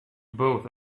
both